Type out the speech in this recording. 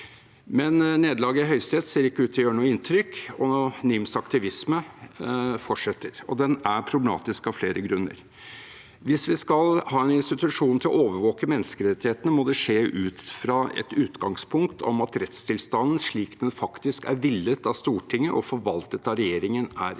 ser imidlertid ikke ut til å gjøre noe inntrykk, og NIMs aktivisme fortsetter, og den er problematisk av flere grunner. Hvis vi skal ha en institusjon til å overvåke menneskerettighetene, må det skje ut fra et utgangspunkt om at rettstilstanden slik den faktisk er villet av Stortinget og forvaltet av regjeringen, er et